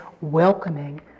welcoming